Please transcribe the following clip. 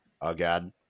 again